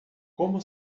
como